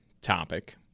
topic